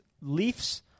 Leafs